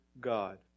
God